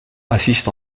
assiste